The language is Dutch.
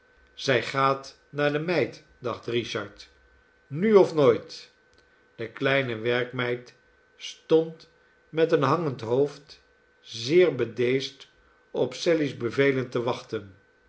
zij gaat naar de meid dacht richard nu of nooit de kleine werkmeid stond met een hangend hoofd zeer bedeesd op sally's bevelen te wachten